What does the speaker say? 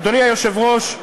אדוני היושב-ראש,